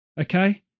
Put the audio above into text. Okay